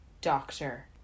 Doctor